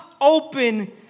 open